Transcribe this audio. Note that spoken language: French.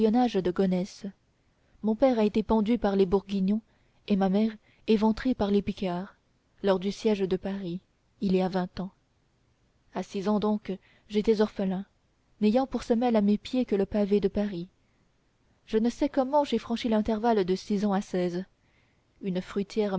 gonesse mon père a été pendu par les bourguignons et ma mère éventrée par les picards lors du siège de paris il y a vingt ans à six ans donc j'étais orphelin n'ayant pour semelle à mes pieds que le pavé de paris je ne sais comment j'ai franchi l'intervalle de six ans à seize une fruitière